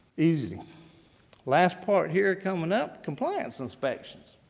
easy. last part here coming up. compliance inspection.